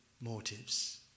motives